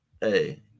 hey